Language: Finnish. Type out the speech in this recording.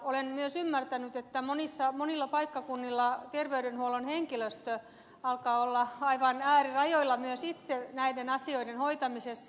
olen myös ymmärtänyt että monilla paikkakunnilla terveydenhuollon henkilöstö alkaa olla aivan äärirajoilla myös itse näiden asioiden hoitamisessa